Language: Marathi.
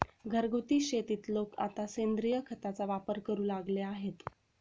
घरगुती शेतीत लोक आता सेंद्रिय खताचा वापर करू लागले आहेत